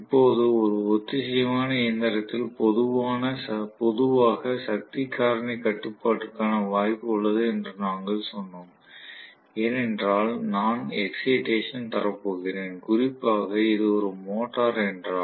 இப்போது ஒரு ஒத்திசைவான இயந்திரத்தில் பொதுவாக சக்தி காரணி கட்டுப்பாட்டுக்கான வாய்ப்பு உள்ளது என்றும் நாங்கள் சொன்னோம் ஏனென்றால் நான் எக்ஸைடேசன் தரப் போகிறேன் குறிப்பாக இது ஒரு மோட்டார் என்றால்